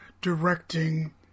directing